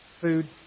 Food